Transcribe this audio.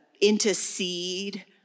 intercede